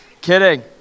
Kidding